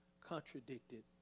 contradicted